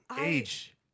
Age